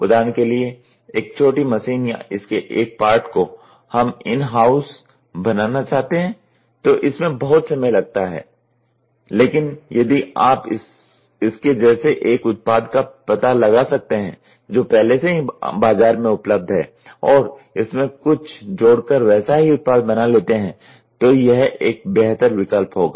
उदाहरण के लिए एक छोटी मशीन या इसके एक पार्ट को हम इन हाउस बनाना चाहते हैं तो इसमें बहुत समय लगता है लेकिन यदि आप इसके जैसे एक उत्पाद का पता लगा सकते हैं जो पहले से ही बाजार में उपलब्ध है और इसमें कुछ जोड़ कर वैसा ही उत्पाद बना लेते हैं तो यह एक बेहतर विकल्प होगा